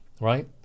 Right